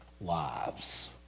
lives